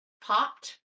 popped